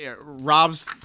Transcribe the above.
rob's